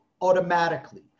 automatically